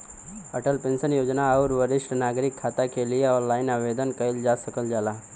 Atal pension योजना आउर वरिष्ठ नागरिक खाता के लिए ऑनलाइन आवेदन कइल जा सकल जाला